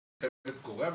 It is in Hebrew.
מלחמת קוריאה,